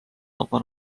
vaba